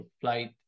flight